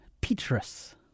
Petrus